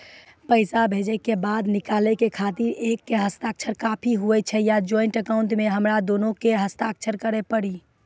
पैसा भेजै के बाद निकाले के खातिर एक के हस्ताक्षर काफी हुई या ज्वाइंट अकाउंट हम्मे दुनो के के हस्ताक्षर करे पड़ी?